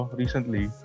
recently